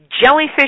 Jellyfish